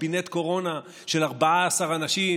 קבינט קורונה של 14 אנשים,